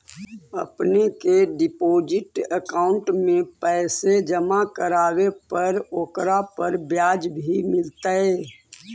अपने के deposit account में पैसे जमा करवावे पर ओकरा पर ब्याज भी मिलतई